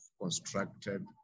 constructed